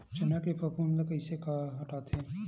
चना के फफूंद ल कइसे हटाथे?